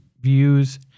views